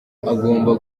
agomba